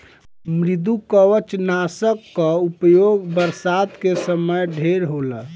मृदुकवचनाशक कअ उपयोग बरसात के समय ढेर होला